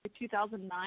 2009